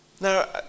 Now